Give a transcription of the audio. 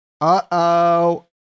Uh-oh